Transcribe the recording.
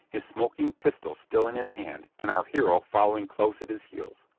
his smoking pistol still in his hand, and our hero following close at his heels.